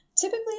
Typically